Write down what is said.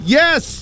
yes